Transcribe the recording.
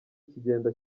kigenda